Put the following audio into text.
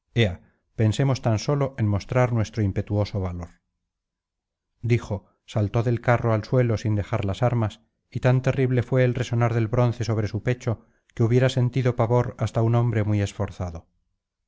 pensemos tan sólo en mostrar nuestro impetuoso valor dijo saltó del carro al suelo sin dejar las armas y tan terrible fué el resonar del bronce sobre su pecho que hubiera sentido pavor hasta un hombre muy esforzado